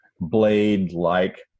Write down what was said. blade-like